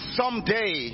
someday